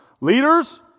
leaders